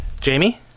Jamie